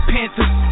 Panthers